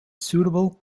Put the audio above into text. suitable